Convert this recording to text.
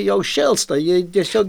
jau šėlsta ji tiesiog